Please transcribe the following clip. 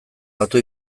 batu